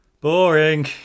boring